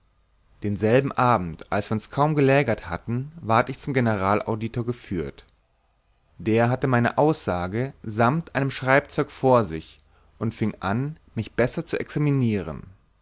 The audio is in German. denselben abend als wir uns kaum gelägert hatten ward ich zum generalauditor geführet der hatte meine aussage samt einem schreibzeug vor sich und fieng an mich besser zu examinieren